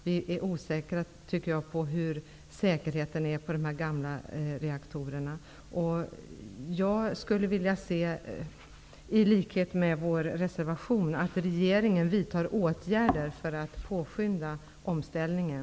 Jag tycker vi är osäkra på säkerheten i dessa gamla reaktorer. Jag skulle vilja se, i enlighet med vår reservation, att regeringen vidtar åtgärder för att påskynda omställningen.